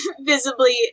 visibly